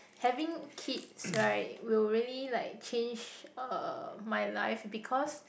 having kids right will really like change uh my life because